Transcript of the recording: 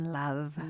love